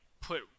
put